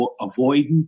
avoidant